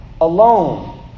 alone